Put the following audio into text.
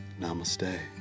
Namaste